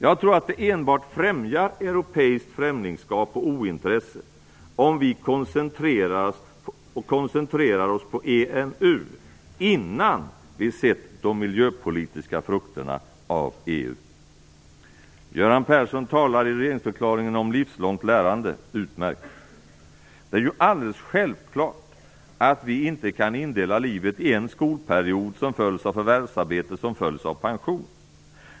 Jag tror att det enbart främjar europeiskt främlingskap och ointresse om vi koncentrerar oss på EMU innan vi sett de miljöpolitiska frukterna av EU. Göran Persson talar i regeringsförklaringen om livslångt lärande. Utmärkt! Det är ju alldeles självklart att vi inte kan indela livet i en skolperiod, som följs av förvärvsarbete, som följs av pension.